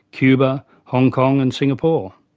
cuba, hong kong and singapore.